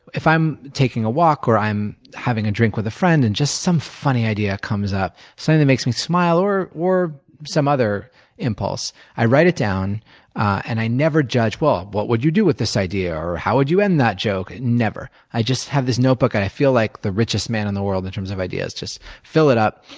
if i'm taking a walk or i'm having a drink with a friend and just some funny idea comes up something that makes me smile or or some other impulse i write it down and i never judge, well, what would you do with this idea? or, how would you end that joke? never. i just have this notebook and i feel like the richest man in the world in terms of ideas. i fill it up,